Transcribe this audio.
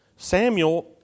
Samuel